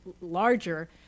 larger